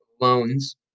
loans